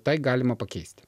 tai galima pakeisti